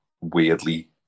weirdly